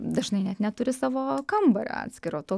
dažnai net neturi savo kambario atskiro tuo